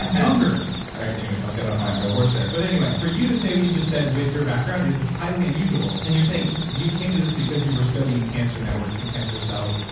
and ah anyway, i'll get off my high horse there but anyway for you to say what you just said with your background is highly unusual. and you're saying you came to this because you were studying cancer networks and cancer cells.